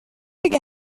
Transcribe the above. اگه